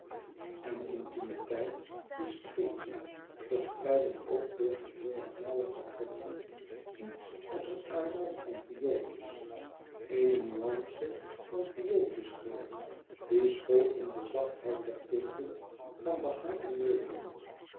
en discretie verspreidden ook door geheel het nauwe vertrekje iets als een aroom van viooltjes eene nuance van viooltjes geur die school in de zachtheid der tinten van behang en meubelen